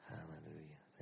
Hallelujah